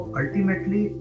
ultimately